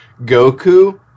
Goku